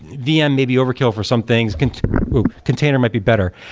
vm maybe overkill for some things. container container might be better.